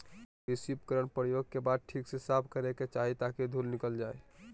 कृषि उपकरण प्रयोग के बाद ठीक से साफ करै के चाही ताकि धुल निकल जाय